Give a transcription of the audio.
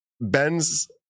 Ben's